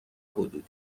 حدودی